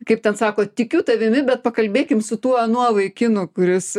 kaip ten sako tikiu tavimi bet pakalbėkim su tuo vaikinu kuris